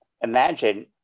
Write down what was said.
imagine